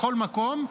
בכל מקום,